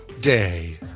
day